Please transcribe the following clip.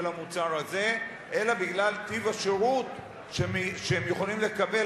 המוצר הזה אלא בגלל טיב השירות שהם יכולים לקבל